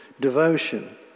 devotion